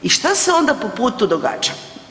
I šta se onda po putu događa?